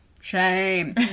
Shame